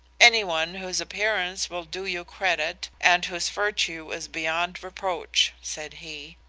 anyone whose appearance will do you credit and whose virtue is beyond reproach said he.